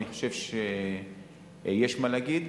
ואני חושב שיש מה להגיד.